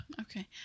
Okay